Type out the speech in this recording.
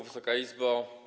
Wysoka Izbo!